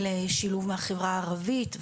של שילוב מהחברה הערבית,